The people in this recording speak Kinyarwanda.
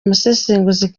umusesenguzi